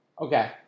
Okay